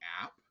app